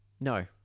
No